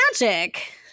Magic